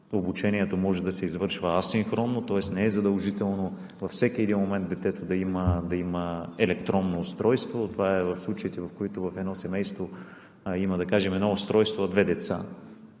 обучението може да се извършва асинхронно, тоест не е задължително във всеки един момент детето да има електронно устройство – това е в случаите, в които в дадено семейство има едно устройство, а две деца.